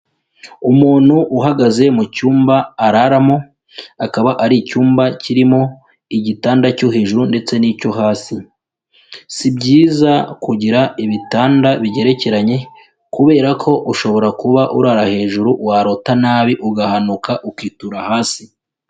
Umuntu uhagaze mu cyumba araramo, akaba ari icyumba kirimo igitanda cyo hejuru ndetse n'icyo hasi, si byiza kugira ibitanda bigerekeranye kubera ko ushobora kuba urara hejuru warota nabi ugahanuka ukitura hasi.